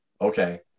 Okay